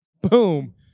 Boom